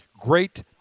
great